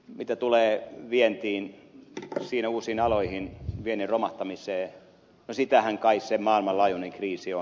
mitä tulee vientiin siinä uusiin aloihin viennin romahtamiseen no sitähän kai se maailmanlaajuinen kriisi on